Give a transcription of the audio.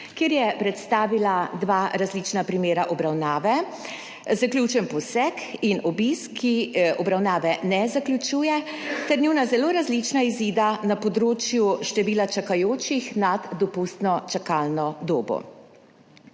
kjer je predstavila dva različna primera obravnave, zaključen poseg in obisk, ki obravnave ne zaključuje ter njuna zelo različna izida na področju števila čakajočih nad dopustno čakalno dobo.